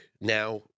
now